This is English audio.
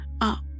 up